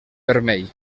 vermell